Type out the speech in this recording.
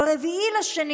ב-4 בפברואר,